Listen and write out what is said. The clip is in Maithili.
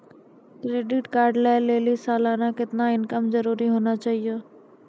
क्रेडिट कार्ड लय लेली सालाना कितना इनकम जरूरी होना चहियों?